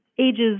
ages